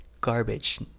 garbage